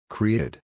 Created